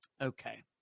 Okay